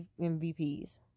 MVPs